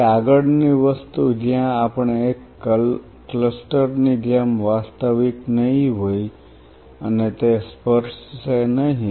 હવે આગળની વસ્તુ જ્યાં આપણે એક ક્લસ્ટર ની જેમ વાસ્તવિક નહીં હોઈએ અને તે સ્પર્શશે નહીં